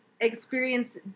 Experience